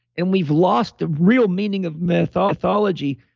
and we've lost the real meaning of mythology.